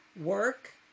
work